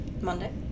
Monday